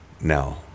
now